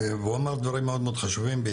דברים מאוד חשובים,